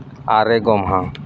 ᱟᱨᱮ ᱜᱚᱢᱦᱟ